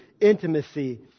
intimacy